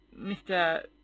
Mr